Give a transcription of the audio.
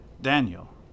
Daniel